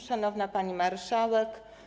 Szanowna Pani Marszałek!